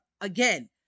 again